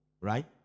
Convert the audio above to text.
Right